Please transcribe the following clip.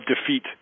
defeat